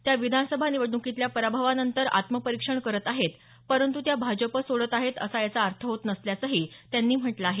त्या विधानसभा निवडणुकीतल्या पराभवानंतर आत्मपरिक्षण करत आहेत परंतु त्या भाजप सोडत आहेत असा याचा अर्थ होत नसल्याचंही त्यांनी म्हटलं आहे